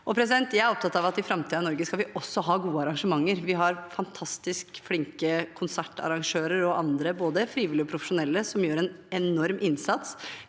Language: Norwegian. Jeg er opptatt av at i framtiden i Norge skal vi også ha gode arrangementer. Vi har fantastisk flinke konsertarrangører og andre, både frivillige og profesjonelle, som gjør en enorm innsats,